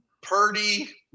purdy